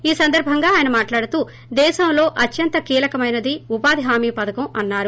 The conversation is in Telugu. ఈ సందర్భంగా ఆయన మాట్లాడుతూ దేశంలో అత్యంత కీలకమైనది ఉపాధి హామీ పథకం అన్నారు